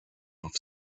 off